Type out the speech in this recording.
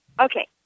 Okay